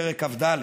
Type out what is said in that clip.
פרק כ"ד.